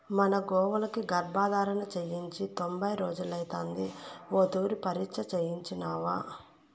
మన గోవులకి గర్భధారణ చేయించి తొంభై రోజులైతాంది ఓ తూరి పరీచ్ఛ చేయించినావా